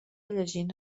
llegint